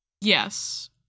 Yes